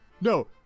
no